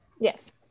Yes